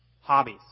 hobbies